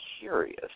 curious